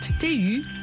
TU